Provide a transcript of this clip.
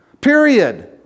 period